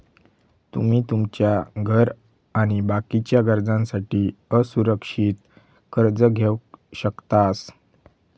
तुमी तुमच्या घर आणि बाकीच्या गरजांसाठी असुरक्षित कर्ज घेवक शकतास